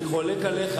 אני חולק עליך.